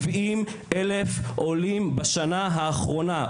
70,000 עולים בשנה האחרונה.